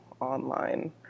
online